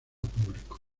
público